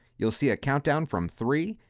you'll see a countdown from three.